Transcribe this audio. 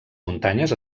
muntanyes